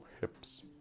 hips